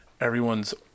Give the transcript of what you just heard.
everyone's